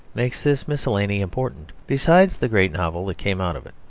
makes this miscellany important, besides the great novel that came out of it.